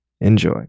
Enjoy